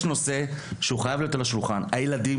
יש נושא שחייב להיות על השולחן: הילדים